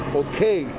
okay